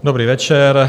Dobrý večer.